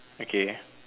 okay